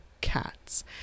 cats